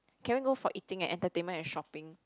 can we go for eating entertainment and shopping